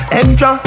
extra